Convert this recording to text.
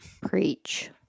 Preach